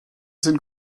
sind